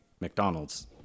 mcdonald's